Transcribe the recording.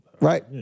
Right